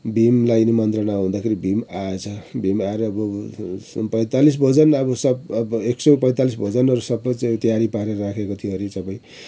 भीमलाई निमन्त्रणा हुदाँखेरि भीम आएछ भीम आएर अब पैँतालिस भोजन अब सब अब एकसौ पैँतिलिस भोजनहरू सबै चाहिँ तयारी पारेर राखेको थियो अरे सबै